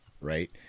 right